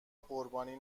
قربانی